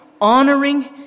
honoring